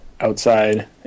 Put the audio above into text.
outside